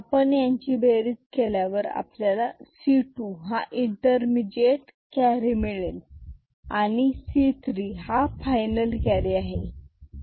आपण यांची बेरीज केल्यावर आपल्याला C2 हा इंटरमिजिएट कॅरी मिळेल आणि C3 हा फायनल कॅरी आहे